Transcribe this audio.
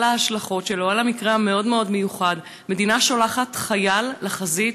על ההשלכות שלו על המקרה המאוד-מאוד מיוחד: המדינה שולחת חייל לחזית,